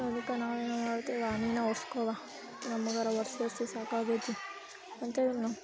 ಅದಕ್ಕೆ ನಾವೇನು ಮಾಡ್ತೀವಿ ನೀನೇ ಒರೆಸ್ಕೊವ ನಮಗಾರೂ ಒರೆಸಿ ಒರೆಸಿ ಸಾಕಾಗೈತಿ ಅಂತೇಳಿ